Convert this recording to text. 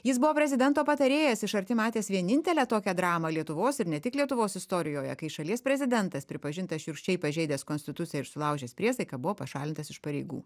jis buvo prezidento patarėjas iš arti matęs vienintelę tokią dramą lietuvos ir ne tik lietuvos istorijoje kai šalies prezidentas pripažintas šiurkščiai pažeidęs konstituciją ir sulaužęs priesaiką buvo pašalintas iš pareigų